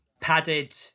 Padded